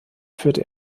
führte